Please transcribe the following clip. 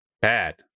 bad